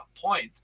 point